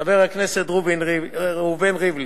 חבר הכנסת ראובן ריבלין,